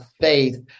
faith